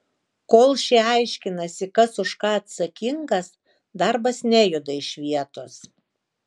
kol šie aiškinasi kas už ką atsakingas darbas nejuda iš vietos